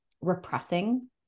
repressing